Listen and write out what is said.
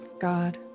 God